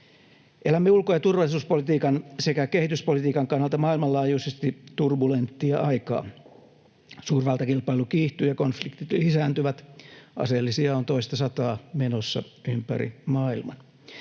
Elämme ulko- ja turvallisuuspolitiikan sekä kehityspolitiikan kannalta maailmanlaajuisesti turbulenttia aikaa. Suurvaltakilpailu kiihtyy, ja konfliktit lisääntyvät. Aseellisia on toistasataa menossa ympäri maailman.